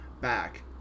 back